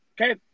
okay